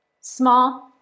Small